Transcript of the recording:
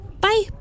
Bye